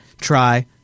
try